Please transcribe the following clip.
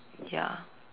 ya